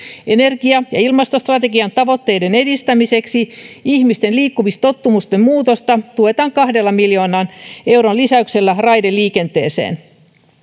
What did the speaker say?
energia ja ilmastostrategian tavoitteiden edistämiseksi ihmisten liikkumistottumusten muutosta tuetaan kahden miljoonan euron lisäyksellä raideliikenteeseen